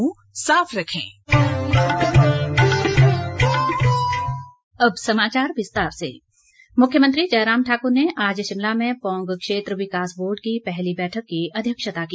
मुख्यमंत्री मुख्यमंत्री जयराम ठाक्र ने आज शिमला में पौंग क्षेत्र विकास बोर्ड की पहली बैठक की अध्यक्षता की